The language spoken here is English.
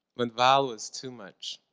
when val was too much.